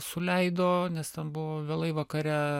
suleido nes ten buvo vėlai vakare